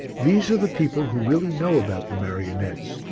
these are the people who really know about the marionettes,